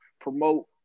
promote